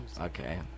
okay